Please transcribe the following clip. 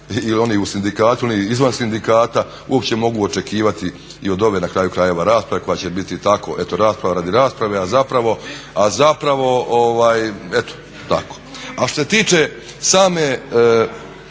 i oni u sindikatu i oni izvan sindikata uopće mogu očekivati i od ove na kraju krajeva rasprave koja će biti tako eto rasprava radi rasprave, a zapravo eto tako. A što se tiče same